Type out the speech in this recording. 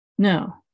No